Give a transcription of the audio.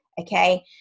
Okay